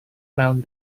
lawn